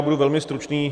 Budu velmi stručný.